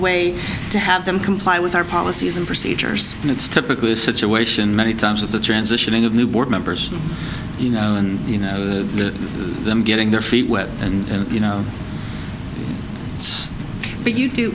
way to have them comply with our policies and procedures and it's typical situation many times of the transitioning of new board members you know and you know them getting their feet wet and you know but you do